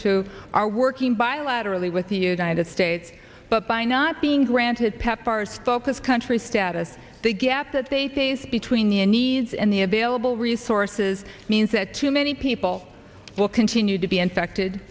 to are working bilaterally with the united states but by not being granted pepfar as focus country status the gap that they face between your needs and the available resources means that too many people will continue to be infected